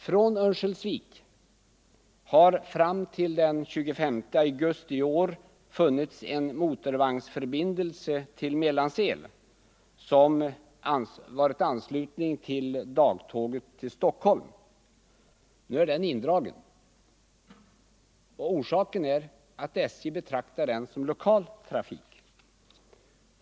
Från Örnsköldsvik har fram till den 25 augusti i år funnits en motorvagnsförbindelse till Mellansel som varit ansluten till dagtåget till Stockholm. Nu är den indragen. Orsaken är att SJ betraktar den som lokaltrafik.